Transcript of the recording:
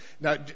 Now